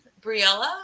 Briella